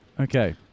Okay